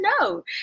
no